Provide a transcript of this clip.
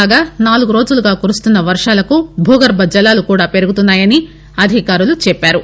కాగా నాలుగు రోజులుగా కురుస్తున్న వర్హాలకు భూగర్భ జలాలు కూడా పెరుగుతున్నాయని అధికారులు తెలిపారు